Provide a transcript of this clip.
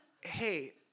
hey